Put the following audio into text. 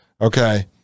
okay